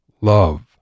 Love